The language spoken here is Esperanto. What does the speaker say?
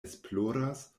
esploras